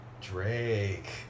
Drake